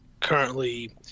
currently